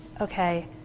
Okay